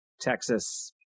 Texas